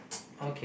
okay